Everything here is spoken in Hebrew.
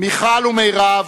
מיכל ומירב,